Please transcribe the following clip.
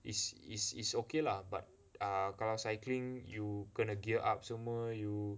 it's it's it's okay lah but err kalau cycling you kena gear up semua you